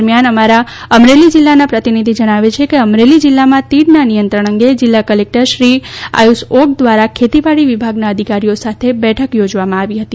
દરમિયાન અમારા અમરેલી જિલ્લા ના પ્રતિનિધિ જણાવે છે કે અમરેલી જિલ્લામાં તીડનાં નિયંત્રણ અંગે જિલ્લા કલેકટરશ્રી આયુષ ઓક દ્વારા ખેતીવાડી વિભાગના અધિકારીઓ સાથે બેઠક યોજવામાં આવી હતી